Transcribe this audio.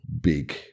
big